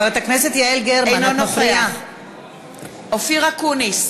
אינו נוכח אופיר אקוניס,